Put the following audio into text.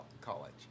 College